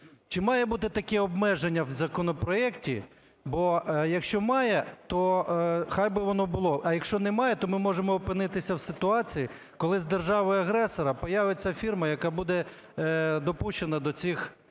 Чи має бути таке обмеження в законопроекті? Бо якщо має, нехай би воно було, а якщо немає, то ми можемо опинитися в ситуації, коли з держави-агресора появиться фірма, яка буде допущена до цих